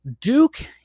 Duke